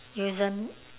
usen